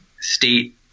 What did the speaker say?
state